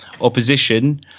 opposition